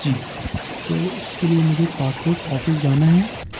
جی تو اس کے لیے مجھے پاسپورٹ آفس جانا ہے